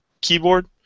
keyboard